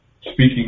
Speaking